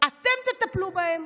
אתם תטפלו בהם.